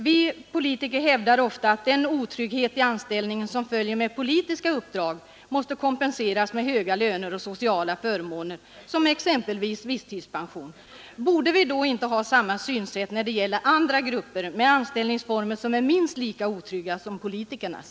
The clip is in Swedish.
Vi politiker hävdar ofta att den otrygghet i anställningen som följer med politiska uppdrag måste kompenseras med höga löner och sociala förmåner som exempelvis visstidspension. Borde vi då inte ha samma synsätt när det gäller andra grupper med anställningsformer som är minst lika otrygga som politikernas?